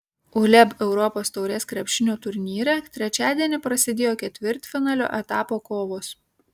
uleb europos taurės krepšinio turnyre trečiadienį prasidėjo ketvirtfinalio etapo kovos